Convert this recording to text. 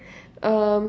um